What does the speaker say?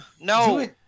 No